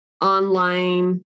online